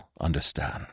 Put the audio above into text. understand